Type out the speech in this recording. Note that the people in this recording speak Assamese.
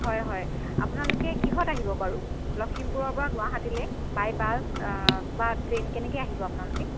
হয় হয় আপোনালোকে কিহত আহিব বাৰু লখিমপুৰৰ পৰা গুৱাহাটীলৈ বাই বাছ বা ট্ৰেইন কেনেকৈ আহিব আপোনালোকে